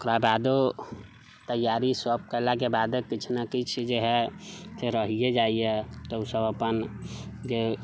ओकरा बादो तैयारी सभ केलाके बादे किछु न किछु जे है रहियै जाइया तऽ ओसभ अपन जे